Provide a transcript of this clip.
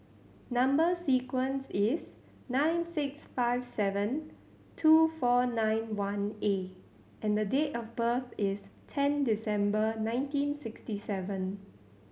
number sequence is nine six five seven two four nine one A and date of birth is ten December nineteen sixty seven